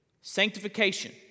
Sanctification